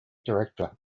director